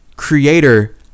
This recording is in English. creator